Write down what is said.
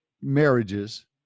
marriages